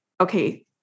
okay